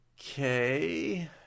Okay